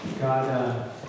God